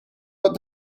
but